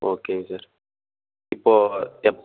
ஓகேங்க சார் இப்போ எப்ப